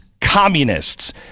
communists